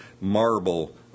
marble